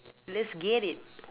let's get it